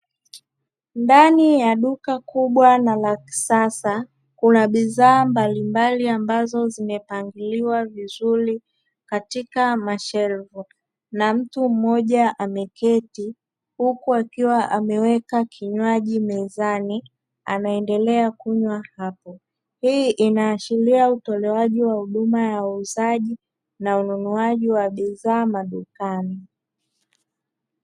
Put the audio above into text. Ndani ya duka kubwa na la kisasa kuna bidhaa mbalimbali ambazo zimepangiliwa vizuri katika mashelfu. Na mtu mmoja ameketi huku akiwa ameweka kinywaji mezani anaendelea kunywa hapo. Hii inaashiria utolewaji wa huduma ya uuzaji na ununuaji wa adui zao madukani.